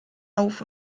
auf